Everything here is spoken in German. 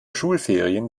schulferien